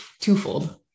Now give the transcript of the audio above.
twofold